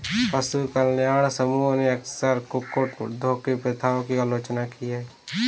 पशु कल्याण समूहों ने अक्सर कुक्कुट उद्योग की प्रथाओं की आलोचना की है